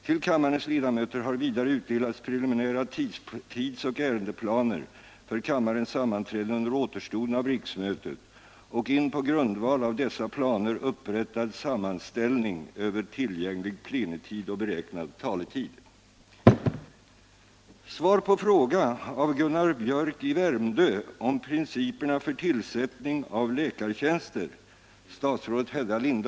Till kammarens ledamöter har vidare utdelats preliminära tidsoch ärendeplaner för kammarens sammanträden under återstoden av riksmötet och en på grundval av dessa planer upprättad sammanställning över tillgänglig plenitid och beräknad taletid.